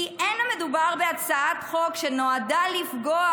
כי אין המדובר בהצעת חוק שנועדה לפגוע